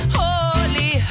holy